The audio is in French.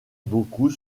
beaucoup